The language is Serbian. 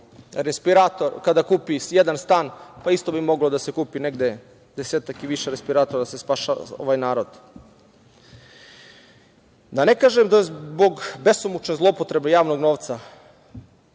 put kada kupi jedan stan, isto bi moglo da se kupi negde desetak i više respiratora da se spašava ovaj narod. Da ne kažem da zbog besomučne zloupotrebe javnog novca,